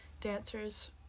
dancers